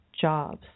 jobs